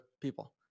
people